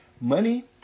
Money